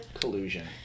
collusion